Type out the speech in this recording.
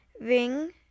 ring